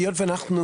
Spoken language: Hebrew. היות ואנחנו